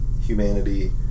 humanity